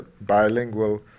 bilingual